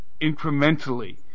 incrementally